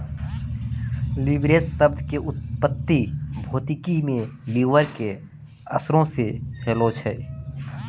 leverage शब्द के उत्पत्ति भौतिकी मे लिवर के असरो से होलो छै